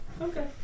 Okay